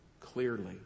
clearly